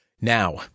Now